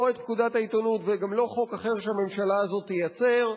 לא את פקודת העיתונות וגם לא חוק אחר שהממשלה הזאת תייצר.